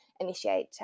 initiate